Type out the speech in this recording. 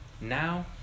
now